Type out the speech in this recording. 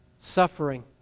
suffering